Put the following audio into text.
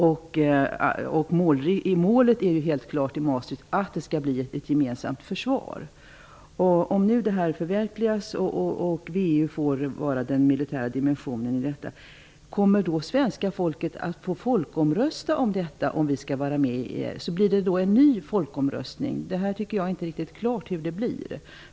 I Maastrichtavtalet är målet helt klart att det skall bli ett gemensamt försvar. Om detta förverkligas och VEU blir den militära dimensionen, kommer svenska folket, om vi då är med i EU, att få folkomrösta om detta? Blir det en ny folkomröstning? Jag tycker inte att det är riktigt klart hur det blir.